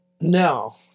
no